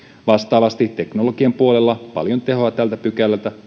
vastaavasti teknologian puolella paljon tehoa tältä pykälältä